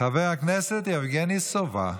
חבר הכנסת יבגני סובה,